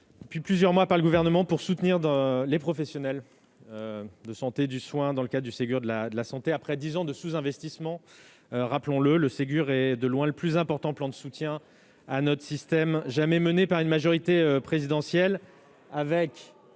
depuis plusieurs mois par le Gouvernement pour soutenir les professionnels de santé et du soin dans le cadre du Ségur de la santé, après dix ans de sous-investissements. Le Ségur est de loin le plus important plan de soutien à notre système jamais engagé par une majorité présidentielle.